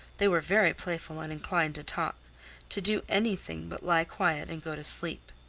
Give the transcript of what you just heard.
they were very playful and inclined to talk to do anything but lie quiet and go to sleep.